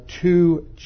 two